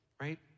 Right